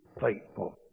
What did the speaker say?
Faithful